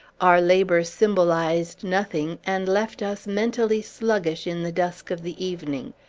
our labor symbolized nothing, and left us mentally sluggish in the dusk of the evening.